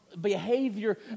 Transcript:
behavior